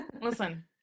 listen